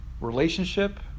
relationship